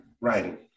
writing